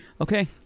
okay